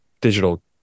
digital